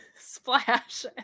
splash